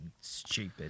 stupid